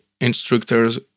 instructors